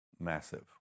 massive